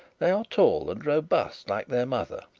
they are tall and robust like their mother,